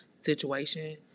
situation